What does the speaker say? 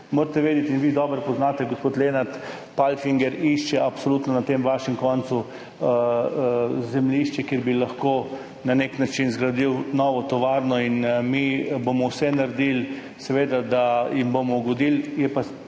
Morate vedeti, in vi to dobro poznate, gospod Lenart, Palfinger išče absolutno na tem vašem koncu zemljišče, kjer bi lahko zgradil novo tovarno. Mi bomo naredili vse, seveda, da jim bomo ugodili.